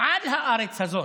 על הארץ הזאת.